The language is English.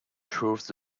through